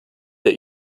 der